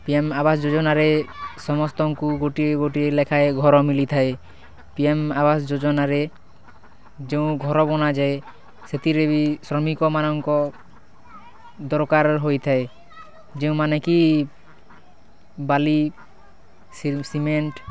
PM Awas ଯୋଜନାରେ ସମସ୍ତଙ୍କୁ ଗୋଟିଏ ଗୋଟିଏ ଲେଖାଏଁ ଘର ମିଳିଥାଏ ପିଏମ୍ ଆଭାସ୍ ଯୋଜନାରେ ଯେଉଁ ଘର ବନାଯାଏ ସେଥିରେ ବି ଶ୍ରମିକ ମାନଙ୍କର୍ ଦରକାର୍ ହୋଇଥାଏ ଯେଉଁମାନେ କି ବାଲି ସିମେଣ୍ଟ୍